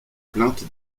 plainte